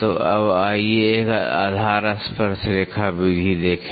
तो अब आइए एक आधार स्पर्शरेखा विधि देखें